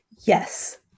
Yes